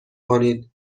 کنید